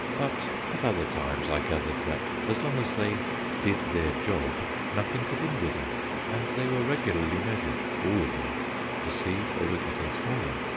but at other times i gathered that as long as they did their job nothing could injure them and they were regularly measured all of them to see if they were getting smaller,